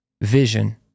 vision